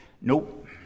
Nope